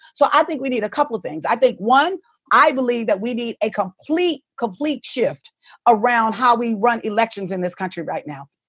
so i think we need a couple things. i think, one i believe that we need a complete, complete shift around how we run elections in this country right now.